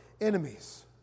enemies